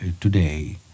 today